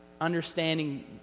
understanding